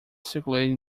circulating